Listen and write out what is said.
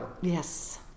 Yes